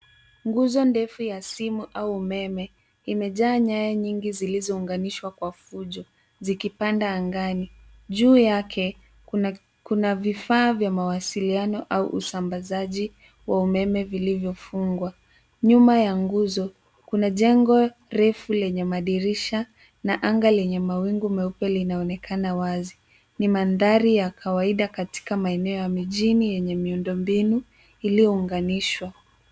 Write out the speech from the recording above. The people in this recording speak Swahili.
Nguzo ndefu ya simu au umeme imejaa nyaya nyingi zilizounganishwa kwa fujo zikipanda angani. Juu yake kuna vifaa vya mawasiliano au usambazaji wa umeme vilivyofungwa. Nyuma ya nguzo kuna jengo refu lenye madirisha na anga lenye mawingu meupe linaonekana wazi. Ni mandhari ya kawaida katika maeneo ya mijini yenye miundombinu iliyo unganishwa.